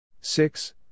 Six